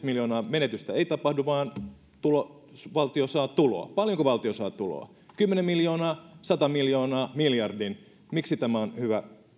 miljoonan menetystä ei tapahdu vaan valtio saa tuloa paljonko valtio saa tuloa kymmenen miljoonaa sata miljoonaa miljardin miksi tämä on hyvä